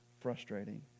frustrating